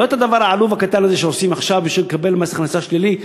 לא את הדבר העלוב הקטן הזה שעושים עכשיו בשביל לקבל מס הכנסה שלילי,